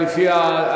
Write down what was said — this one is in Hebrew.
מה?